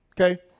okay